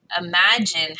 imagine